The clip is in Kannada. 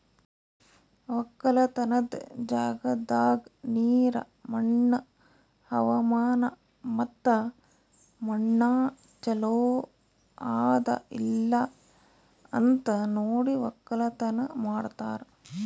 ಒಕ್ಕಲತನದ್ ಜಾಗದಾಗ್ ನೀರ, ಮಣ್ಣ, ಹವಾಮಾನ ಮತ್ತ ಮಣ್ಣ ಚಲೋ ಅದಾ ಇಲ್ಲಾ ಅಂತ್ ನೋಡಿ ಒಕ್ಕಲತನ ಮಾಡ್ತಾರ್